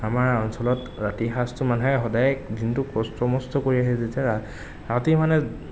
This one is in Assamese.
আমাৰ অঞ্চলত ৰাতিৰ সাঁজটো মানুহেই সদায় দিনতো কষ্ট মস্ত কৰি আহে যেতিয়া ৰাতি ৰাতি মানে